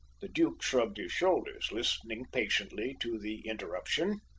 the duke shrugged his shoulders, listening patiently to the interruption.